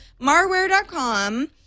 marware.com